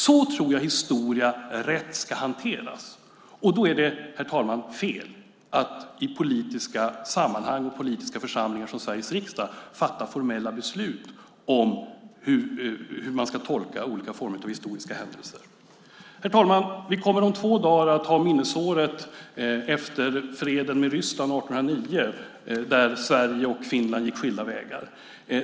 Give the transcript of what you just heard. Så tror jag att historia rätt ska hanteras, och då är det fel att i politiska sammanhang och politiska församlingar som Sveriges riksdag fatta formella beslut om hur man ska tolka olika historiska händelser. Herr talman! Vi kommer om två dagar att uppmärksamma märkesåret efter freden med Ryssland 1809, där Sverige och Finland gick skilda vägar.